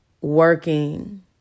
working